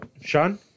Sean